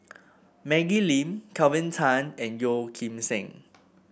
Maggie Lim Kelvin Tan and Yeo Kim Seng